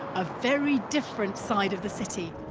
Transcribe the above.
a very different side of the city.